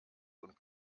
und